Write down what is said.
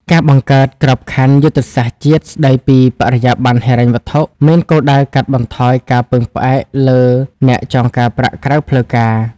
ការបង្កើត "ក្របខ័ណ្ឌយុទ្ធសាស្ត្រជាតិស្ដីពីបរិយាបន្នហិរញ្ញវត្ថុ" មានគោលដៅកាត់បន្ថយការពឹងផ្អែកលើអ្នកចងការប្រាក់ក្រៅផ្លូវការ។